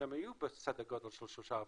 כשהן היו בסדר גודל של 3.5%,